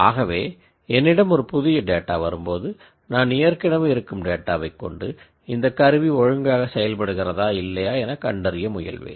ஆகவே என்னிடம் ஒரு புதிய டேட்டா வரும்போது நான் ஏற்கனவே இருக்கும் டேட்டாவைக்கொண்டு இந்த எக்யுப்மென்ட் நார்மலாக செயல்படுகிறதா இல்லையா எனக் கண்டறிய முயல்வேன்